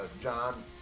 John